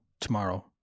tomorrow